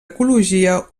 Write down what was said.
ecologia